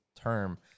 term